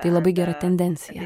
tai labai gera tendencija